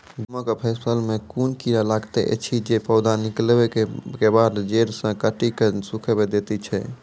गेहूँमक फसल मे कून कीड़ा लागतै ऐछि जे पौधा निकलै केबाद जैर सऽ काटि कऽ सूखे दैति छै?